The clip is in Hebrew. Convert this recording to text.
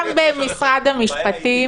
גם במשרד המשפטים